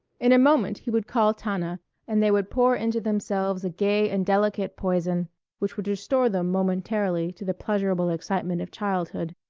in a moment he would call tana and they would pour into themselves a gay and delicate poison which would restore them momentarily to the pleasurable excitement of childhood,